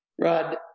Rod